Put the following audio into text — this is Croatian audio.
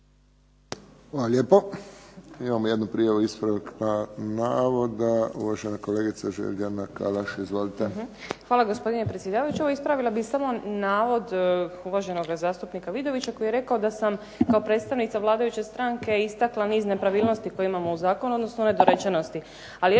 Hvala lijepo. Imamo jednu prijavu ispravka navoda, uvažena kolegica Željana Kalaš. Izvolite. **Podrug, Željana (HDZ)** Hvala gospodine predsjedavajući. Evo ispravila bih samo navod uhvaženog zastupnika Vidovića koji je rekao da sam kao predstavnica vladajuće stranke istakla niz nepravilnosti koje imamo u zakonu, odnosno nedorečenosti.